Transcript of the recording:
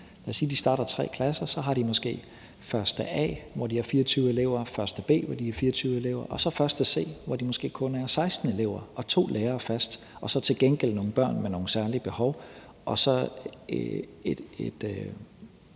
Lad os sige, at en skole starter tre klasser. Så har man måske 1. A, hvor de er 24 elever, og 1. B, hvor de er 24 elever, og så 1. C, hvor de måske kun er 16 elever og to lærere fast. Det er så til gengæld nogle børn med nogle særlige behov, og så har